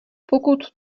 pokud